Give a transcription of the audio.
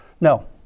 no